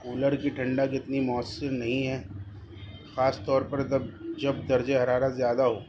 cooler کی ٹھنڈک اتنی مؤثر نہیں ہے خاص طور پر جب جب درجۂ حرارت زیادہ ہو